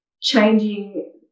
changing